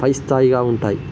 పై స్థాయిగా ఉంటాయి